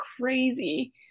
crazy